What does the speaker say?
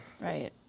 Right